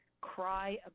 cry